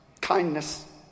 Kindness